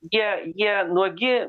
jie jie nuogi